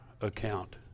account